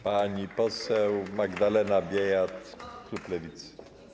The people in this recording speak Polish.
Pani poseł Magdalena Biejat, klub Lewicy.